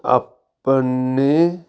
ਆਪਣੇ